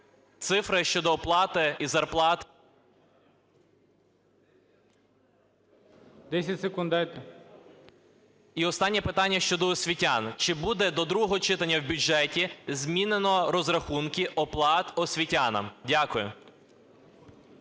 дайте. ЛОЗИНСЬКИЙ Р.М. І останнє питання щодо освітян. Чи буде до другого читання в бюджеті змінено розрахунки оплат освітянам? Дякую.